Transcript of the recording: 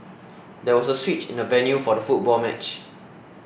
there was a switch in the venue for the football match